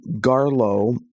Garlow